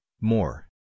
more